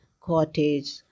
cottage